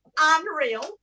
unreal